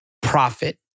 profit